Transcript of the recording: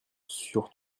sur